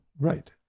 Right